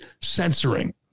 censoring